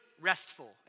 restful